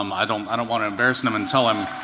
um i don't i don't want to embarrass and him and tell him